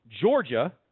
Georgia